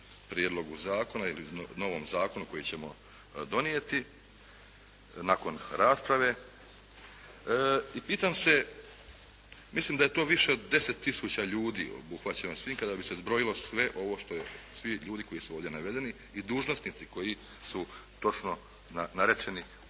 prijedlogu zakona ili novom zakonu koji ćemo donijeti nakon rasprave i pitam se mislim da je to više od 10000 ljudi obuhvaćeno svi, kada bi se zbrojilo sve ovo što je, svi ljudi koji su ovdje navedeni i dužnosnici koji su točno narečeni u